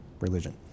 religion